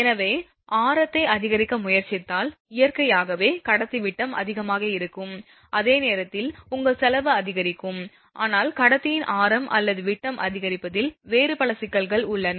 எனவே ஆரத்தை அதிகரிக்க முயற்சித்தால் இயற்கையாகவே கடத்தி விட்டம் அதிகமாக இருக்கும் அதே நேரத்தில் உங்கள் செலவு அதிகரிக்கும் ஆனால் கடத்தியின் ஆரம் அல்லது விட்டம் அதிகரிப்பதில் வேறு பல சிக்கல்கள் உள்ளன